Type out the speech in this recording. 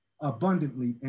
abundantly